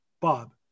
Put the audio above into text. Bob